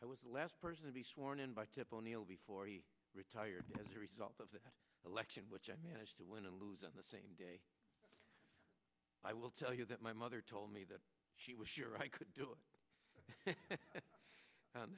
i was the last person to be sworn in by tip o'neill before he retired as a result of the election which i managed to win and lose on the same day i will tell you that my mother told me that she was sure i could do it